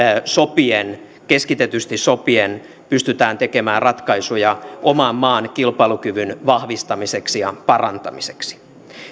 sopien keskitetysti sopien pystytään tekemään ratkaisuja oman maan kilpailukyvyn vahvistamiseksi ja parantamiseksi